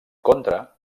contra